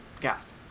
Gas